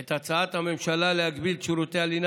את הצעת הממשלה להגביל את שירותי הלינה